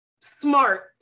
smart